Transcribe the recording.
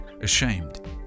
ashamed